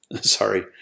Sorry